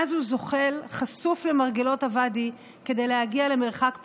ואז הוא זוחל חשוף למרגלות הוואדי כדי להגיע למרחק פגיעה,